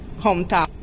hometown